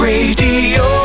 Radio